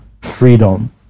freedom